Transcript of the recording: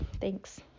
thanks